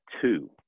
two